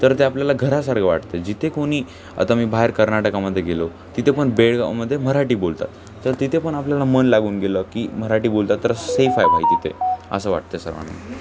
तर ते आपल्याला घरासारखं वाटते जिथे कोणी आता मी बाहेर कर्नाटकामध्ये गेलो तिथे पण बेळगावमध्ये मराठी बोलतात तर तिथे पण आपल्याला मन लागून गेलं की मराठी बोलतात तर सेफ आहे भाई तिथे असं वाटतं सर्वांना